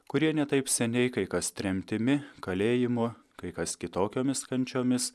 kurie ne taip seniai kai kas tremtimi kalėjimu kai kas kitokiomis kančiomis